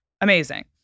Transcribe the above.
Amazing